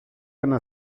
ένα